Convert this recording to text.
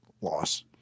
loss